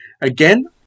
again